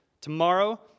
tomorrow